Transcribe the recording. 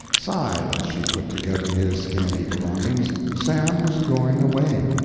sighed as she put together his scanty belongings. sam was going away.